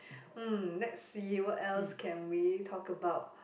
mm let's see what else can we talk about